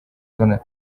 donald